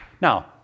Now